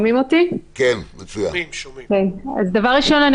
דבר ראשון,